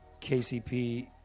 KCP